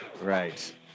Right